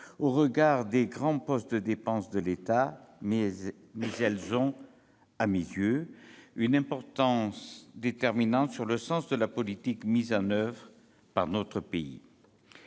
au regard des grands postes de dépenses de l'État, mais ils ont, à mes yeux, une importance déterminante sur le sens de la politique mise en oeuvre par notre pays.